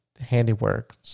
handiwork